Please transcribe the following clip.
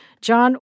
John